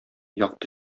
якты